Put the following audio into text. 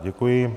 Děkuji.